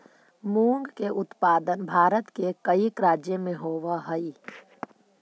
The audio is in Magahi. मूंग के उत्पादन भारत के कईक राज्य में होवऽ हइ